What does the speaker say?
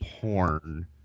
porn